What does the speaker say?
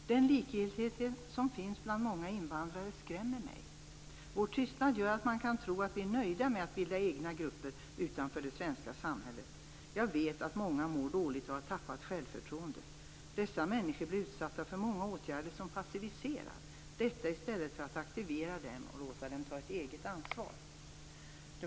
Den likgiltighet som finns bland många invandrare skrämmer mig. Vår tystnad gör att man kan tro att vi är nöjda med att bilda egna grupper utanför det svenska samhället. Jag vet att många mår dåligt och har tappat självförtroendet. Dessa människor blir utsatta för många åtgärder som passiviserar, detta i stället för att aktivera dem och låta dem ta ett eget ansvar."